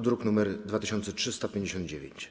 (druk nr 2359)